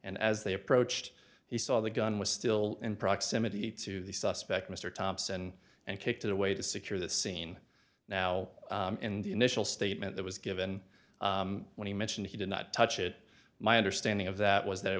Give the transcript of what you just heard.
and as they approached he saw the gun was still in proximity to the suspect mr thompson and kicked it away to secure the scene now in the initial statement that was given when he mentioned he did not touch it my understanding of that was that it